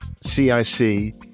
cic